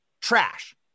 trash